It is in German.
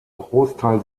großteil